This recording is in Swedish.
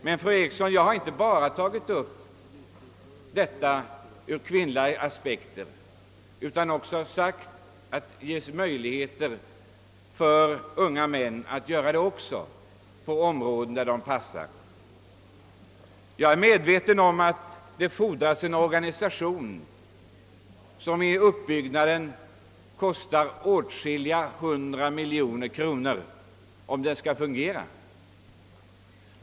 Jag har emellertid inte, fru Eriksson i Stockholm, sett detta enbart som en angelägenhet för kvinnorna. Också unga män skall ges möjlighet att göra en insats på områden där de passar. Jag är medveten om att det fordras en organisation, vars uppbyggnad kostar åtskilliga hundra miljoner kronor, om den skall fungera.